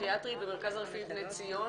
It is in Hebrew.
פסיכיאטרית במרכז הרפואי בני ציון